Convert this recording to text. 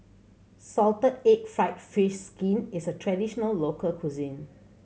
salted egg fried fish skin is a traditional local cuisine